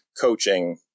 coaching